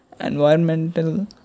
environmental